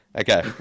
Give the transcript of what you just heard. Okay